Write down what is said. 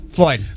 Floyd